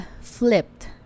Flipped